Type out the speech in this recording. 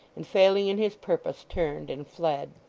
and failing in his purpose, turned and fled.